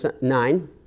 nine